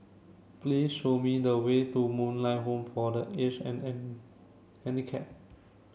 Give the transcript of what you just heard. please show me the way to Moonlight Home for the Aged and an Handicapped